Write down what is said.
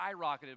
skyrocketed